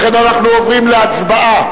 לכן אנחנו עוברים להצבעה.